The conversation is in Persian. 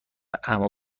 عمو